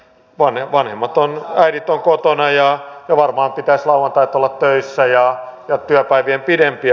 monien vanhemmat on äidit ovat kotona ja varmaan pitäisi lauantait olla töissä ja työpäivien pidempiä